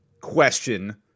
question